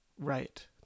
Right